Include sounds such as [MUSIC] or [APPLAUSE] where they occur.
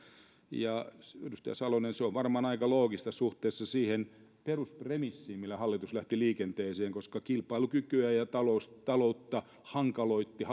ja edustaja salonen se on varmaan aika loogista suhteessa siihen peruspremissiin millä hallitus lähti liikenteeseen koska kilpailukykyä ja taloutta hankaloitti [UNINTELLIGIBLE]